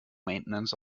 maintenance